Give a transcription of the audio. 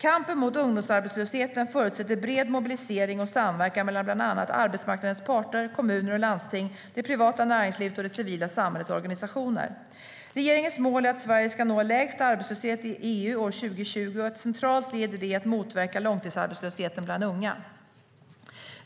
Kampen mot ungdomsarbetslösheten förutsätter bred mobilisering och samverkan mellan bland annat arbetsmarknadens parter, kommuner och landsting, det privata näringslivet och det civila samhällets organisationer. Regeringens mål är att Sverige ska nå lägst arbetslöshet i EU år 2020, och ett centralt led i det är att motverka långtidsarbetslösheten bland unga.